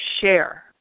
share